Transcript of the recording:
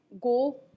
go